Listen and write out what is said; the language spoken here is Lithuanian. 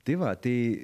tai va tai